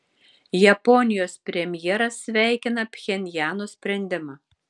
japonijos premjeras sveikina pchenjano sprendimą